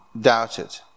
doubted